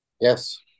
Yes